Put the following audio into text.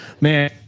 Man